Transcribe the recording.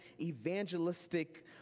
evangelistic